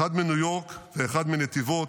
אחד מניו יורק ואחד מנתיבות,